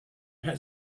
had